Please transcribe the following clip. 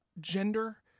gender